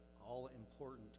all-important